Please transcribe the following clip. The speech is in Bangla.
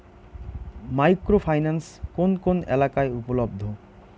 মাইক্রো ফাইন্যান্স কোন কোন এলাকায় উপলব্ধ?